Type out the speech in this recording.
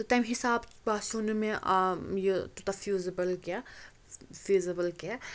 تہٕ تَمہِ حِساب باسیو نہٕ مےٚ یہِ تیوٗتاہ فیوٗزِبٕل کینٛہہ فیٖزِبٕل کینٛہہ